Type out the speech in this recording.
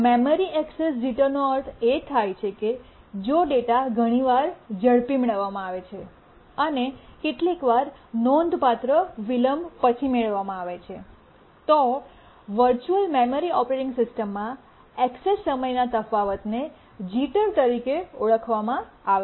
memory access જીટરનો અર્થ એ થાય છે કે જો ડેટા ઘણી વાર ઝડપી મેળવવામાં આવે છે અને કેટલીકવાર નોંધપાત્ર વિલંબ પછી મેળવવામાં આવે છે તો વર્ચુઅલ મેમરી ઓપરેટિંગ સિસ્ટમમાં ઍક્સેસ સમયના તફાવતને જિટર તરીકે ઓળખવામાં આવે છે